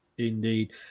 Indeed